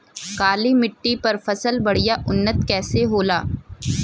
काली मिट्टी पर फसल बढ़िया उन्नत कैसे होला?